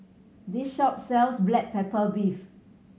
this shop sells black pepper beef